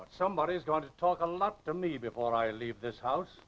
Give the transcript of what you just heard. but somebody is going to talk a lot to me before i leave this house